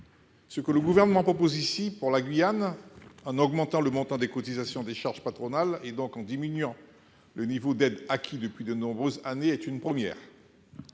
Ce que le Gouvernement propose ici pour la Guyane, en augmentant le montant des cotisations patronales, et donc en diminuant le niveau d'aide acquis depuis de nombreuses années, est une première.